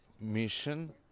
mission